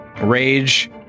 rage